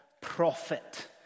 prophet